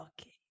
okay